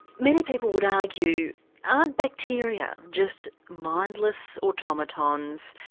many people would argue aren't bacteria just mindless automatons,